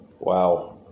Wow